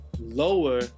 lower